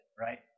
right